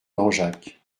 langeac